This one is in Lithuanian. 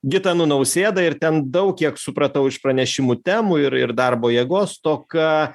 gitanu nausėda ir ten daug kiek supratau iš pranešimų temų ir ir darbo jėgos stoka